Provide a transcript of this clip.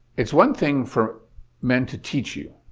it's one thing for men to teach you.